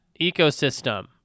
ecosystem